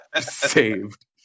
saved